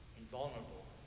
invulnerable